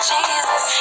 Jesus